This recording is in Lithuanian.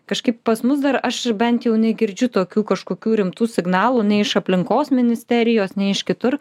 kažkaip pas mus dar aš bent jau negirdžiu tokių kažkokių rimtų signalų nei iš aplinkos ministerijos nei iš kitur